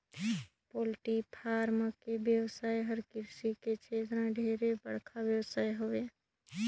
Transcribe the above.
poultry farm के बेवसाय हर कृषि के छेत्र में ढेरे बड़खा बेवसाय हवे